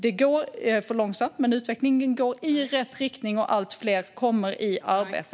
Det går för långsamt, men utvecklingen går i rätt riktning och allt fler kommer i arbete.